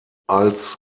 als